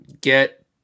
get